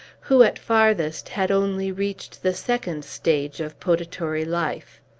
who, at farthest, had only reached the second stage of potatory life.